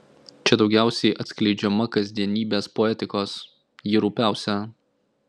čia daugiausiai atskleidžiama kasdienybės poetikos ji rupiausia